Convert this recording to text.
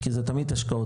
כי זה תמיד השקעות,